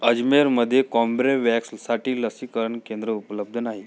अजमेरमध्ये कॉम्ब्रेवॅक्ससाठी लसीकरण केंद्र उपलब्ध नाही